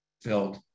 filled